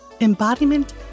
Embodiment